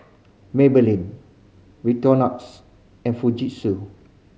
Maybelline Victorinox and Fujitsu